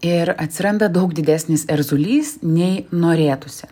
ir atsiranda daug didesnis erzulys nei norėtųsi